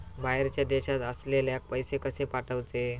बाहेरच्या देशात असलेल्याक पैसे कसे पाठवचे?